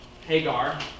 Hagar